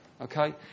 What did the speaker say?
okay